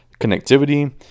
connectivity